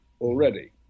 already